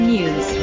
News